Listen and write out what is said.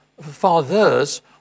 fathers